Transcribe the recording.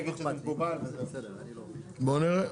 בוא נראה.